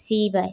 सिबै